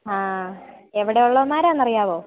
ആ എവിടെയുള്ളവന്മാരാണെന്ന് അറിയാമോ